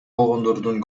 болгондордун